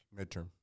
midterm